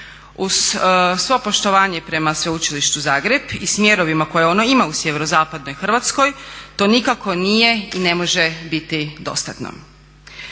Uz svo poštovanje prema Sveučilištu Zagreb i smjerovima koje ono ima u sjeverozapadnoj Hrvatskoj to nikako nije i ne može biti dostatno.